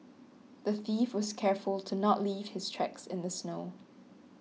the thief was careful to not leave his tracks in the snow